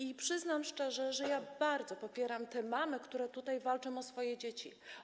I przyznam szczerze, że bardzo popieram te mamy, które tutaj walczą o swoje dzieci.